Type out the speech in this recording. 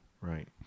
right